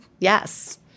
Yes